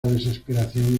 desesperación